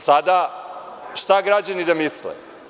Sada, šta građani da misle.